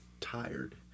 tired